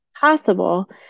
possible